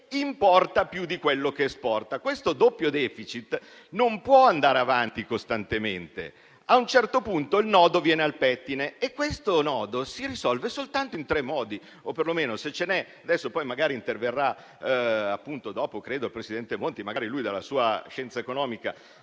importa più di quello che esporta. Questo doppio *deficit* non può andare avanti costantemente, a un certo punto il nodo viene al pettine e si può risolvere soltanto in tre modi.